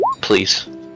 Please